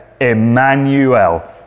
Emmanuel